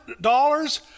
dollars